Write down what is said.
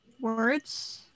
Words